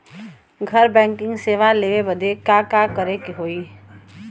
घर बैकिंग सेवा लेवे बदे का करे के होई?